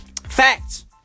Facts